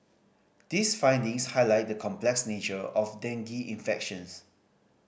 these findings highlight the complex nature of dengue infections